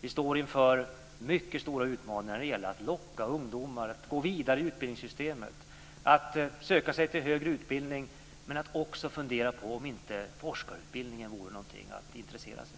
Vi står inför mycket stora utmaningar när det gäller att locka ungdomar att gå vidare i utbildningssystemet, att söka sig till högre utbildning och att överväga om inte forskarutbildning vore någonting att intressera sig